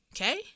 Okay